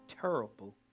terrible